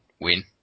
win